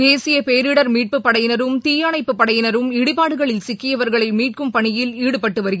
தேசிய பேரிடர் மீட்புப் படையினரும் தீயணைப்புப் படையினரும் இடிபாடுகளில் சிக்கியவர்களை மீட்கும் பணியில் ஈடபட்டு வருகின்றனர்